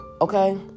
okay